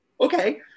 Okay